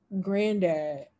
granddad